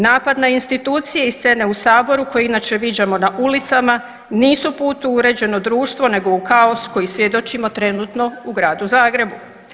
Napad na institucije i scene u saboru koje inače viđamo na ulicama nisu put u uređeno društvo nego u kaos koji svjedočimo trenutno u Gradu Zagrebu.